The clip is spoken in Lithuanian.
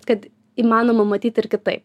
kad įmanoma matyti ir kitaip